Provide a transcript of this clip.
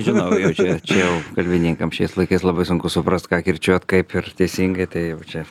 žinoma jau čia čia jau kalbininkam šiais laikais labai sunku suprast ką kirčiuot kaip ir teisingai tai jau čia